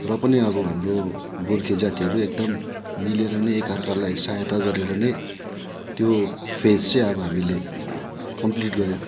र पनि अब हाम्रो गोर्खे जातिहरू एकदम मिलेर नै एक अर्कालाई सहायता गरेर नै त्यो फेज चाहिँ अब हामीले कम्प्लिट गर्यौँ